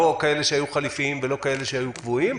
לא כאלה שהיו חלופיים ולא כאלה שהיו קבועים,